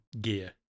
gear